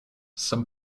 some